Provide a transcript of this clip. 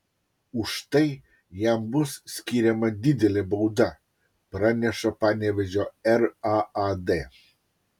už tai jam bus skiriama didelė bauda praneša panevėžio raad